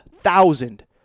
thousand